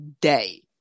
day